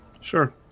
Sure